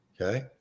Okay